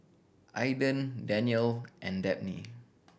Ayden Danniel and Dabney